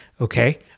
Okay